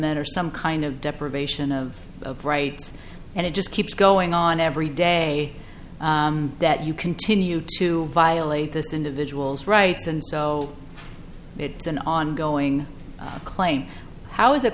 that or some kind of deprivation of of rights and it just keeps going on every day that you continue to violate this individual's rights and so it's an ongoing claim how is it